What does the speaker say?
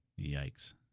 Yikes